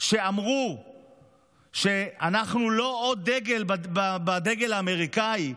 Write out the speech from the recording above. שאמרו שאנחנו לא כוכב בדגל האמריקאי,